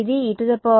విద్యార్థి సగటు